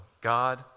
God